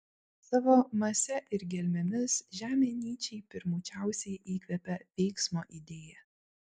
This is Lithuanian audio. savo mase ir gelmėmis žemė nyčei pirmučiausiai įkvepia veiksmo idėją